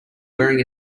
wearing